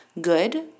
good